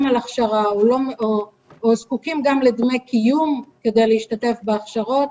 על הכשרה או זקוקים גם לדמי קיום כדי להשתתף בהכשרות,